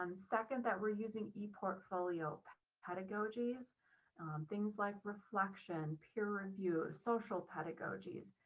um second, that we're using eportfolio pedagogies things like reflection, peer review, social pedagogies,